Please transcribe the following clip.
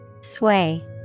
Sway